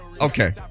Okay